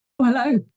hello